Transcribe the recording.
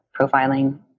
profiling